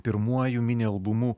pirmuoju mini albumu